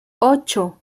ocho